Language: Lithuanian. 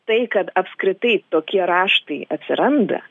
tai kad apskritai tokie raštai atsiranda